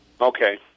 Okay